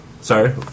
Sorry